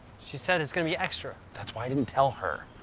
she said it's gonna be extra. that's why i didn't tell her.